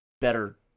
better